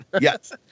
Yes